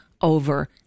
over